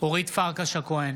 אורית פרקש הכהן,